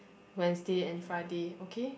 Wednesday and Friday okay